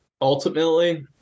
Ultimately